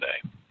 today